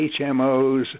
HMOs